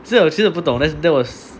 只有其实的我不懂 that there was